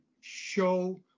show